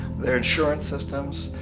their insurance systems,